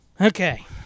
Okay